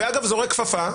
זורק כפפה,